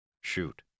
Shoot